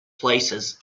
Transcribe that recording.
places